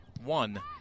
one